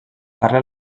parla